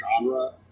genre